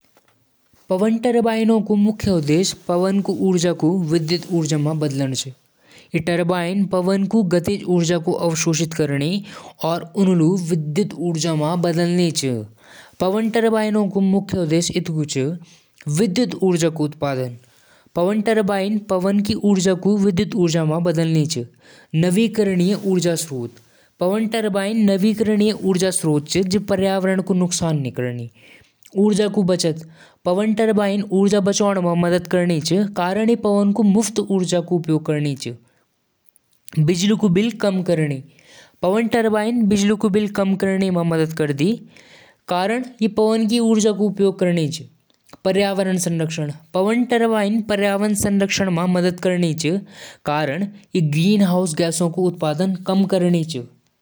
साइकिल म कई मुख्य भाग होलि। जैसे, फ्रेम, पहिया, ब्रेक, पैडल, चेन, हैंडल और सीट। फ्रेम पूरी साइकिल क आधार होलु। पैडल चलण स चेन घूमदु, और चेन पहिया क घुमालु। ब्रेक स साइकिल रोकण म मदद मिल्दु। हैंडल स दिशा बदलदी। साइकिल क हर भाग मिलकु एकदम सही तालमेल म काम करदु, त साइकिल सही ढंग स चलदी।